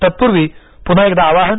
तत्पूर्वी पुन्हा एकदा आवाहन